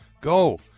go